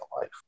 life